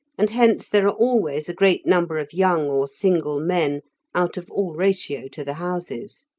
and hence there are always a great number of young or single men out of all ratio to the houses.